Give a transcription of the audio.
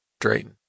Drayton